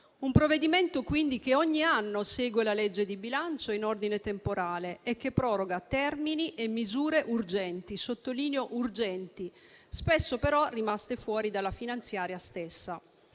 un provvedimento che ogni anno segue la legge di bilancio in ordine temporale e che proroga termini e misure urgenti - sottolineo urgenti - che spesso sono rimaste fuori dalla manovra